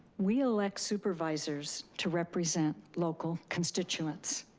we elect supervisors to represent local constituents.